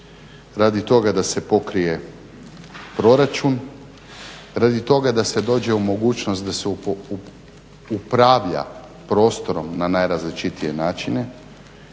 radi toga da se pokrije proračun, radi toga da se dođe u mogućnost da se upravlja prostorom na najrazličitije načine.